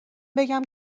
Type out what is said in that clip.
بگم